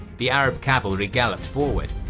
the arab cavalry galloped forward,